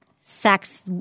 sex